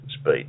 speed